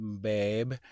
babe